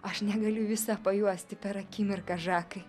aš negaliu visa pajuosti per akimirką žakai